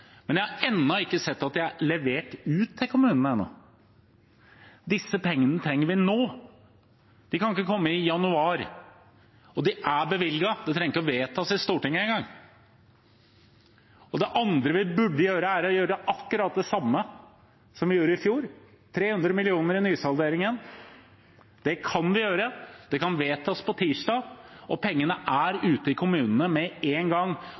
men jeg har ennå ikke sett at de er levert ut til kommunene. Disse pengene trenger vi nå, de kan ikke komme i januar. De er bevilget, det trenger ikke vedtas i Stortinget engang. Det andre vi burde gjøre, er akkurat det samme som vi gjorde i fjor – 300 mill. kr i nysalderingen. Det kan vi gjøre, det kan vedtas på tirsdag, og pengene er ute i kommunene med en gang.